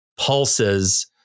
pulses